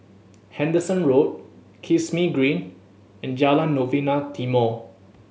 Henderson Road Kismis Green and Jalan Novena Timor